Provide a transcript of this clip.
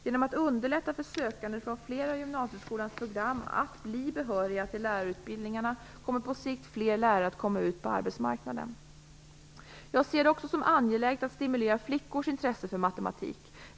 Genom att underlätta för sökande från flera av gymnasieskolans program att bli behöriga till lärarutbildningarna kommer på sikt fler lärare att komma ut på arbetsmarknaden. Jag ser det också som angeläget att stimulera flickors intresse för matematik.